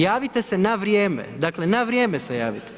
Javite se na vrijeme, dakle na vrijeme se javite.